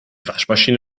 waschmaschine